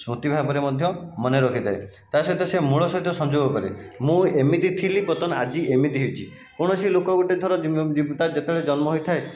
ସ୍ମୃତି ଭାବରେ ମଧ୍ୟ ମନେରଖିଥାଏ ତା'ସହିତ ସେ ମୂଳ ସହିତ ସଂଯୋଗ କରେ ମୁଁ ଏମିତି ଥିଲି ବର୍ତ୍ତମାନ ଆଜି ଏମିତି ହୋଇଛି କୌଣସି ଲୋକ ଗୋଟିଏ ଥର ତା' ଯେତେବେଳେ ଜନ୍ମ ହୋଇଥାଏ